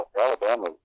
Alabama